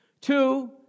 Two